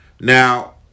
Now